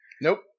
Nope